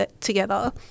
together